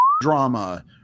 drama